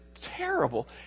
terrible